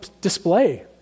display